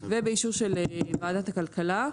ובאישור של ועדת הכלכלה,